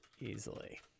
easily